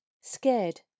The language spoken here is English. Scared